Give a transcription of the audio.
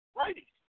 righties